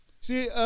See